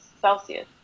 Celsius